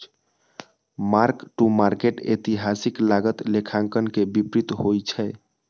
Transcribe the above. mark to market एतिहासिक लागत लेखांकन के विपरीत होइ छै